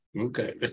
Okay